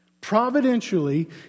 Providentially